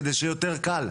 כדי שיהיה יותר קל.